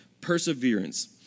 Perseverance